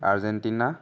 Argentina